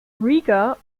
riga